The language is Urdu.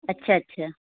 اچھا اچھا